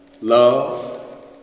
Love